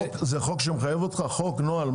זה חוק שמחייב אותך או נוהל?